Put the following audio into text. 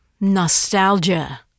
nostalgia